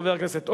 חבר הכנסת אורבך,